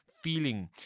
feeling